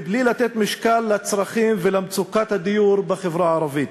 בלי לתת משקל לצרכים ולמצוקת הדיור בחברה הערבית.